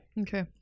Okay